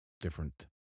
different